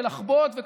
ולחבוט בהם,